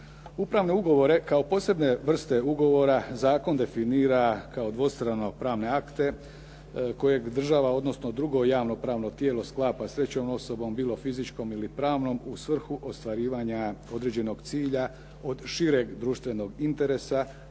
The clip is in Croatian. Upravne ugovore kao posebne vrste ugovora zakon definira kao dvostrano pravne akte koje bi država, odnosno drugo javno-pravno tijelo sklapa s trećom osobom, bilo fizičkom ili pravnom u svrhu ostvarivanja određenog cilja od šireg društvenog interesa,